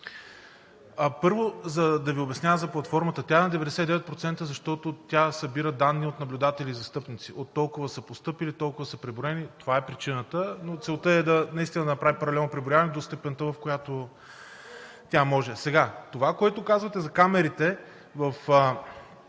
първо, да Ви обясня за платформата. Тя е на 99%, защото тя събира данни от наблюдатели и застъпници – толкова са постъпили, толкова са преброени. Това е причината. Целта е наистина да направи паралелно преброяване до степента, в която тя може. Това, което казвате за камерите.